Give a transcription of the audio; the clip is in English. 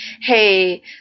hey